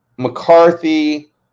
McCarthy